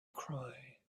cry